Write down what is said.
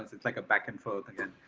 it's it's like a back and forth.